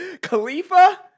Khalifa